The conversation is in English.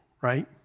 right